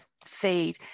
Feed